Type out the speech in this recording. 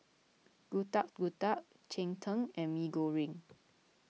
Getuk Getuk Cheng Tng and Mee Goreng